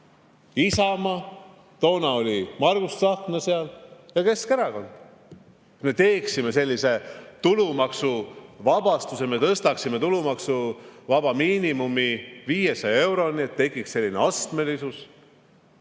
Isamaa – toona oli Margus Tsahkna [selle juures] – ja Keskerakond. Me tegime sellise tulumaksuvabastuse, et me tõstsime tulumaksuvaba miinimumi 500 euroni, et tekiks selline astmelisus.